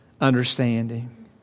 understanding